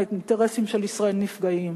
האינטרסים של ישראל נפגעים.